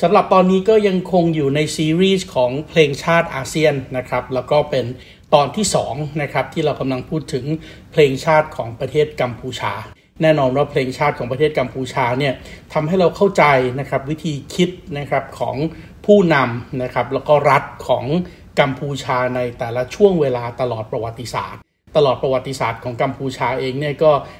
สำหรับตอนนี้ก็ยังคงอยู่ในซีรีส์ของเพลงชาติอาเซียนนะครับ แล้วก็เป็นตอนที่สองนะครับที่เรากำลังพูดถึงเพลงชาติของประเทศกัมพูชา แน่นอนว่าเพลงชาติของประเทศกัมพูชาเนี่ยทำให้เราเข้าใจนะครับวิธีคิดนะครับของผู้นำนะครับแล้วก็รัฐของกัมพูชาในแต่ละช่วงเวลาตลอดประวัติศาสตร์ ตลอดประวัติศาสตร์ของกัมพูชาเองเนี่ยก็